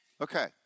Okay